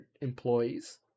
employees